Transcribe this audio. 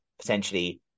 potentially